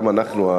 גם אנחנו,